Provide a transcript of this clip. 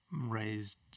raised